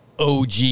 og